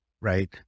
Right